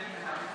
מסכימים.